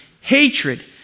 hatred